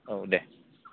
औ दे